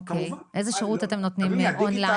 אוקיי, איזה שירות אתם נותנים אונליין?